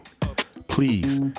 please